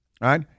right